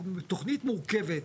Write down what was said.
תוכנית מורכבת,